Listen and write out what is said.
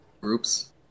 groups